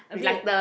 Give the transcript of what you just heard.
a bit